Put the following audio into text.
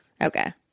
Okay